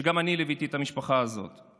וגם את המשפחה הזאת ליוויתי.